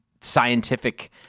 scientific